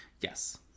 Yes